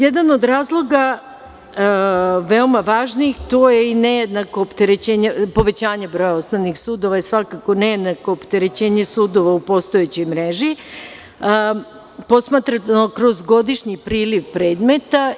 Jedan od razloga veoma važnih, to je i nejednako povećanje broja osnovnih sudova i svakako nejednako opterećenje sudova u postojećoj mreži, posmatrano kroz godišnji priliv predmeta.